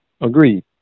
Agreed